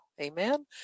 Amen